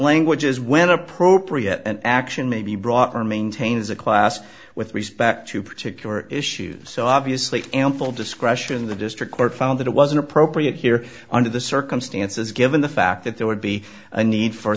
language is when appropriate action may be brought or maintains a class with respect to particular issues so obviously ample discretion in the district court found that it wasn't appropriate here under the circumstances given the fact that there would be a need for